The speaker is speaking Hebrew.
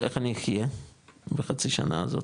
איך אני אחייה בחצי שנה הזאת?